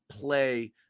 play